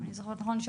אם אני זוכרת נכון,